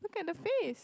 look at the face